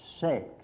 sex